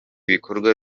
bikorwa